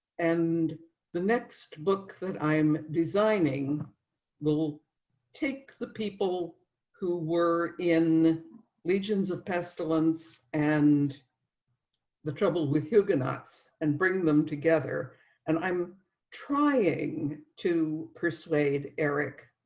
and the next book that i'm designing will take the people who were in legions of pestilence and the trouble with huguenots and bring them together and i'm trying to persuade eric